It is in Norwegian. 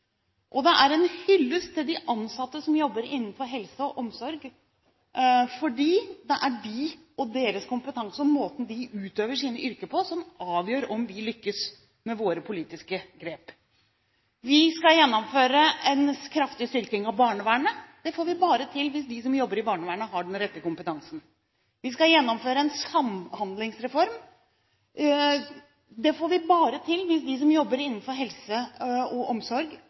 Og det er en hyllest til de ansatte som jobber innenfor helse og omsorg, fordi det er de – deres kompetanse og måten de utøver sine yrker på – som avgjør om vi lykkes med våre politiske grep. Vi skal gjennomføre en kraftig styrking av barnevernet. Det får vi bare til hvis de som jobber i barnevernet, har den rette kompetansen. Vi skal gjennomføre en samhandlingsreform. Det får vi bare til hvis de som jobber innenfor helse og omsorg,